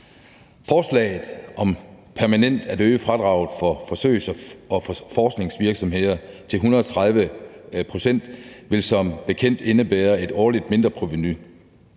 Forslaget om permanent at øge fradraget for forsøgs- og forskningsvirksomhed til 130 pct. vil som bekendt indebære et årligt mindreprovenu,